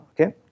Okay